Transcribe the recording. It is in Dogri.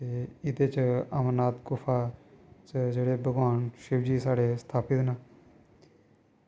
ते एह्दे च अमरनाथ गुफा सबेरै सबेरै भगवान शिवजी साढ़े स्थापित न